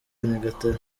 nyagatare